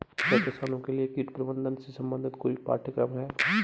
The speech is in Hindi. क्या किसानों के लिए कीट प्रबंधन से संबंधित कोई पाठ्यक्रम है?